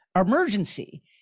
emergency